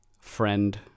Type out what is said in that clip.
friend